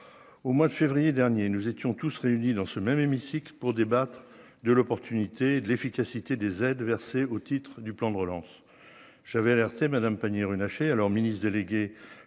au mois de février dernier, nous étions tous réunis dans ce même hémicycle pour débattre de l'opportunité de l'efficacité des aides versées au titre du plan de relance, j'avais alerté Madame Pannier-Runacher, alors ministre délégué